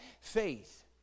faith